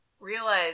realize